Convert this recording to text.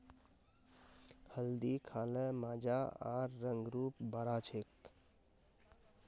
हल्दी खा ल मजा आर रंग रूप बढ़ा छेक